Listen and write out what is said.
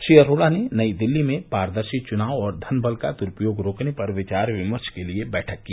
श्री अरोड़ा ने नई दिल्ली में पारदर्शी चुनाव और धन बल का द्रूपयोग रोकने पर विचार विमर्श के लिए बैठक की